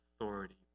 authority